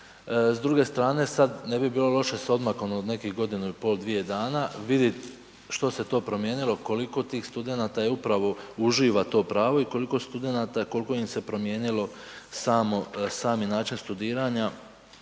S druge strane sad ne bi bilo loše s odmakom od nekih godinu i pol, dvije dana vidjet što se to promijenilo, koliko tih studenata upravo uživa to pravo i koliko studenata, koliko im se promijenilo samo, sami način studiranja